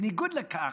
בניגוד לכך,